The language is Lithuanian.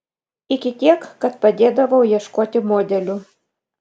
iki tiek kad padėdavau ieškoti modelių